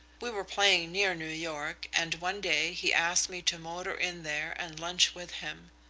we were playing near new york and one day he asked me to motor in there and lunch with him.